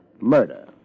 murder